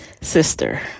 sister